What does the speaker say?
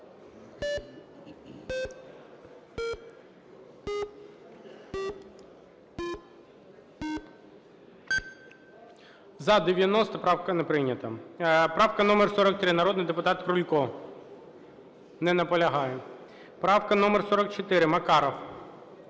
За-90 Правка не прийнята. Правка номер 43, народний депутат Крулько. Не наполягає. Правка номер 44, Макаров.